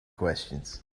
questions